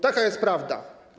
Taka jest prawda.